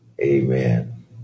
Amen